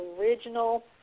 original